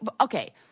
Okay